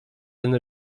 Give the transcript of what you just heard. ten